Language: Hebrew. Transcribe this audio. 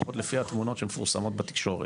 לפחות לפי התמונות שמפורסמות בתקשורת.